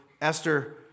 Esther